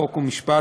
חוק ומשפט,